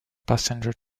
passenger